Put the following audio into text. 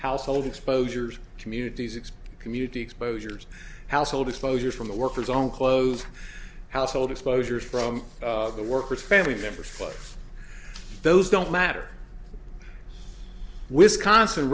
household exposures communities it's community exposures household exposures from the workers own clothes household exposures from the workers family members of those don't matter wisconsin